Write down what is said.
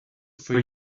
for